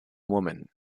woman